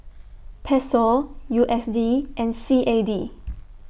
Peso U S D and C A D